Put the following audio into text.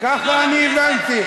ככה אני הבנתי.